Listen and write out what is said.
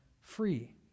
free